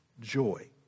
joy